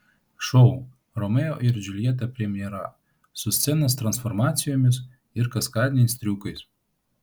šou romeo ir džiuljeta premjera su scenos transformacijomis ir kaskadiniais triukais